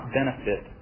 benefit